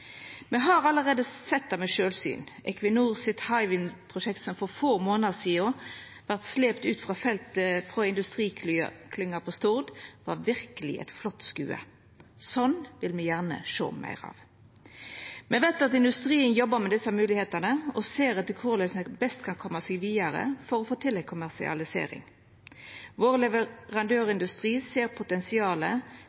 Me har allereie sett det med sjølvsyn: Equinors Hywind-prosjekt, som for få månader sidan vart slept ut på feltet frå industriklynga på Stord, var verkeleg eit flott syn. Slikt vil me gjerne sjå meir av. Me veit at industrien jobbar med desse moglegheitene og ser etter korleis ein best kan koma seg vidare for å få til ei kommersialisering. Vår